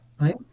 right